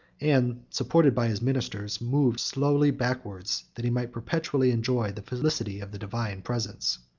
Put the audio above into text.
and, supported by his ministers, moved slowly backwards, that he might perpetually enjoy the felicity of the divine presence.